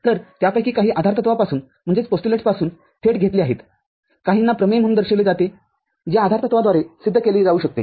तर त्यापैकी काही आधारतत्वापासून थेट घेतले आहेत काहींना प्रमेय म्हणून दर्शविले जाते जे आधारतत्वाद्वारे सिद्ध केले जाऊ शकते